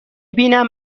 بینم